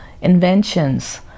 inventions